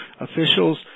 officials